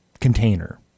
container